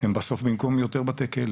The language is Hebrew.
הם בסוף במקום יותר בתי כלא,